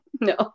No